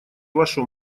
вашу